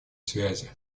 связи